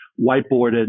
whiteboarded